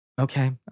Okay